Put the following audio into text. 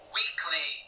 weekly